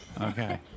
Okay